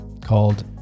called